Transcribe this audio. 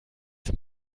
zum